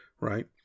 right